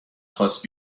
خواست